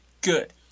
Good